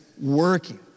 working